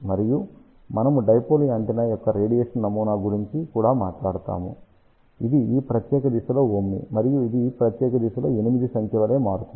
మరియు మనము dipole antenna యొక్క రేడియేషన్ నమూనా గురించి కూడా మాట్లాడాము ఇది ఈ ప్రత్యేక దిశలో ఓమ్ని మరియు ఇది ఈ ప్రత్యేక దిశలో 8 సంఖ్య వలె మారుతుంది